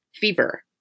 fever